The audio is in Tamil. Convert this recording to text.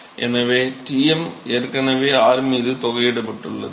எனவே Tm ஏற்கனவே r மீது தொகையிடப்பட்டுள்ளது